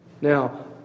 Now